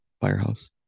Firehouse